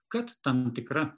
kad tam tikra